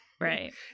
Right